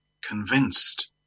convinced